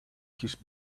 his